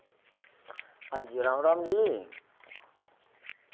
आं जी राम राम जी